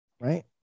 Right